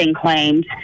claims